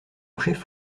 chef